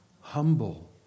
Humble